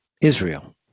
Israel